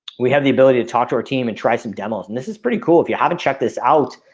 we have the ability to talk to our team and try some demos and this is pretty cool if you haven't check this out